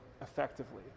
effectively